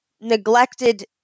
neglected